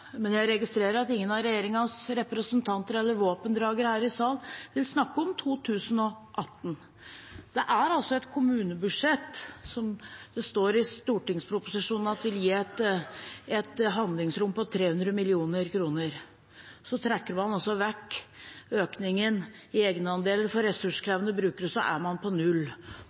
Men jeg registrerer at ingen av regjeringens representanter eller våpendragere her i salen vil snakke om 2018. Det er et kommunebudsjett som det står i stortingsproposisjonen at vil gi et handlingsrom på 300 mill. kr – så trekker man vekk økningen i egenandel for ressurskrevende brukere, og så er man på null.